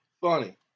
funny